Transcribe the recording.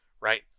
right